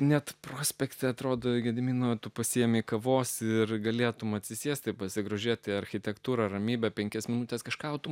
net prospekte atrodo gedimino pasiėmė kavos ir galėtumei atsisėsti pasigrožėti architektūra ramybe penkias minutes kažką tu